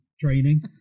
training